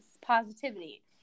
positivity